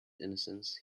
innocence